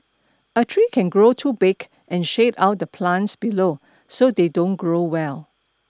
a tree can grow too big and shade out the plants below so they don't grow well